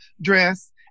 dress